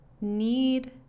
need